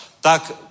tak